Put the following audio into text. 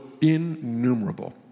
innumerable